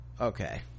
okay